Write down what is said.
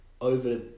over